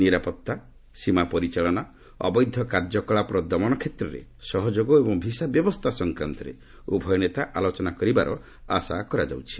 ନିରାପତ୍ତା ସୀମା ପରିଚାଳନା ଅବୈଧ କାର୍ଯ୍ୟକଳାପର ଦମନ କ୍ଷେତ୍ରରେ ସହଯୋଗ ଏବଂ ଭିସା ବ୍ୟବସ୍ଥା ସଂକ୍ରାନ୍ତରେ ଉଭୟ ନେତା ଆଲୋଚନା କରିବାର ଆଶା କରାଯାଉଛି